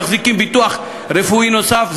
מחזיקים ביטוח רפואי נוסף,